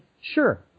sure